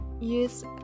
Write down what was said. use